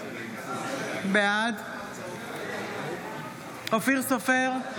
בעד אופיר סופר,